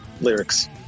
lyrics